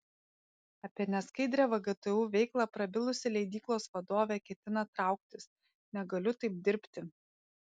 apie neskaidrią vgtu veiklą prabilusi leidyklos vadovė ketina trauktis negaliu taip dirbti